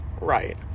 Right